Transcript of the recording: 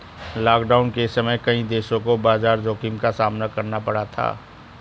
lockdown के समय कई देशों को बाजार जोखिम का सामना करना पड़ा था